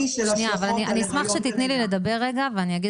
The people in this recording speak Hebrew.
אני אשמח שתתני לי לדבר רגע ואני אגיד